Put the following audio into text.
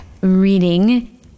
reading